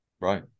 Right